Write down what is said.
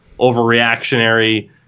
overreactionary